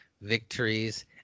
victories